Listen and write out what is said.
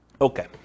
Okay